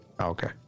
Okay